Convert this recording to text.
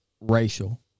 racial